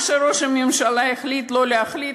מה שראש הממשלה החליט, לא להחליט.